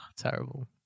Terrible